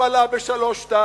הוא עלה ב-3.2%,